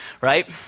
right